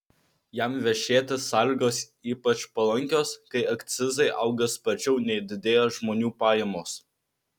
jam vešėti sąlygos ypač palankios kai akcizai auga sparčiau nei didėja žmonių pajamos